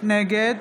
נגד